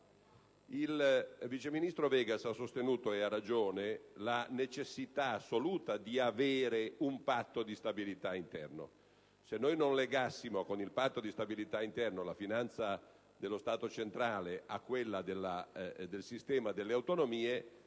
Il vice ministro Vegas ha sostenuto, a ragione, la necessità assoluta di avere un patto di stabilità interno. Se noi non legassimo con il patto di stabilità interno la finanza dello Stato centrale a quella del sistema delle autonomie